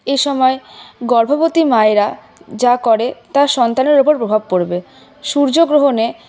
এ সময় গর্ভবতী মায়েরা যা করে তা সন্তানের উপর প্রভাব পরবে সূর্যগ্রহণে